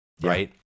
right